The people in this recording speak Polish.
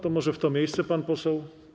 To może w to miejsce pan poseł?